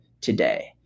today